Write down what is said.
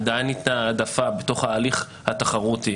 עדיין הייתה העדפה בתוך ההליך התחרותי,